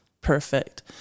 perfect